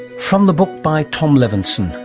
from the book by tom levenson,